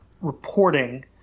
reporting